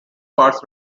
parts